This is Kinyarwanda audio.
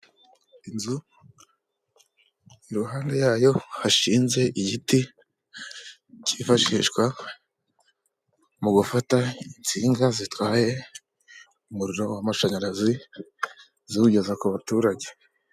Inzu ruhara yayo hashinze igiti, cyifashishwa mu gufata insinga zitwaye umuriro w'amashanyarazi, ziwugeza ku baturage.